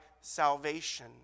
salvation